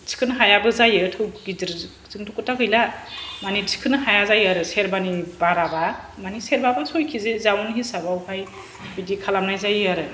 थिखोनो हायाबो जायो थौ गिदिरजोंथ' खोथा गैला मानि थिखोनो हाया जायो आरो सेरबानि बाराबा मानि सेरबा बा सय किजि जाउन हिसाबावहाय बिदि खालामनाय जायो आरो